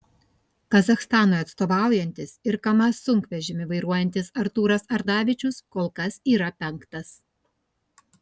kazachstanui atstovaujantis ir kamaz sunkvežimį vairuojantis artūras ardavičius kol kas yra penktas